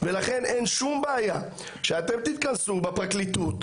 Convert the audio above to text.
ולכן אין שום בעיה שאתם תתכנסו בפרקליטות